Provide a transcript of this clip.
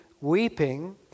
weeping